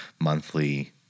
monthly